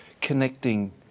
connecting